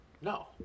No